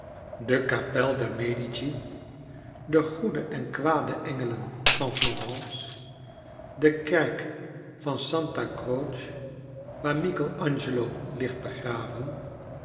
de kapel der medici de goede en kwade engelen van florence de kerk van santa croce waar michel angelo ligt begraven